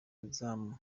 abazamu